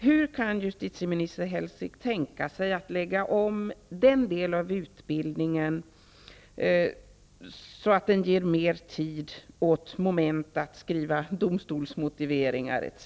Hur kan justitieminister Hellsvik tänka sig att lägga om utbildningen, så att den ger mer tid åt moment som att skriva domstolsmotiveringar etc?